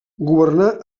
governà